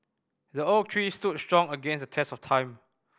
the oak tree stood strong against the test of time